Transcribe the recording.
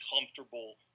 comfortable